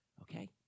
Okay